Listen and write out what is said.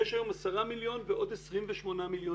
יש היום 10 מיליון ועוד 28 מיליון